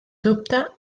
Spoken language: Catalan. dubte